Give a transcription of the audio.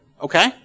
Okay